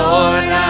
Lord